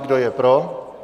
Kdo je pro?